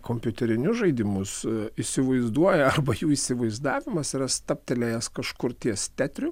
kompiuterinius žaidimus įsivaizduoja arba jų įsivaizdavimas yra stabtelėjęs kažkur ties tetriu